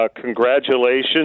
Congratulations